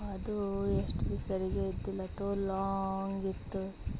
ಅದೂ ಎಷ್ಟು ಭೀ ಸರಿಗೇ ಇದ್ದಿಲ್ಲ ತೋಲ್ ಲಾಂಗಿತ್ತು